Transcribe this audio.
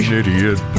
idiot